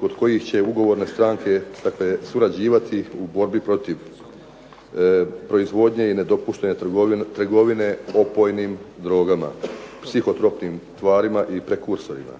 kod kojih će ugovorne stranke, dakle surađivati u borbi protiv proizvodnje i nedopuštene trgovine opojnim drogama, psihotropnim tvarima i prekursorima.